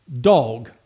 dog